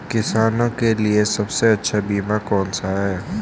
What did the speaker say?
किसानों के लिए सबसे अच्छा बीमा कौन सा है?